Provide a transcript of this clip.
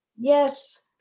Yes